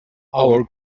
our